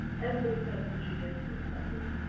every census year has got some bits